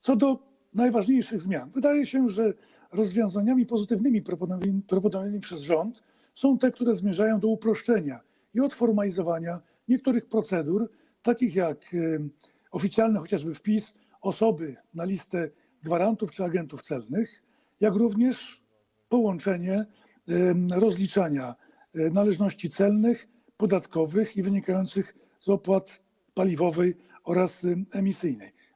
Co do najważniejszych zmian wydaje się, że rozwiązaniami pozytywnymi proponowanymi przez rząd są te, które zmierzają do uproszczenia i odformalizowania niektórych procedur, chociażby takich jak oficjalny wpis osoby na listę gwarantów czy agentów celnych, jak również połączenie rozliczania należności celnych, podatkowych i wynikających z opłat paliwowej oraz emisyjnej.